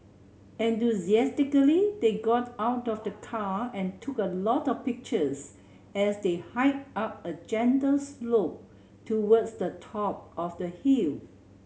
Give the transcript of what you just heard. enthusiastically they got out of the car and took a lot of pictures as they hiked up a gentle slope towards the top of the hill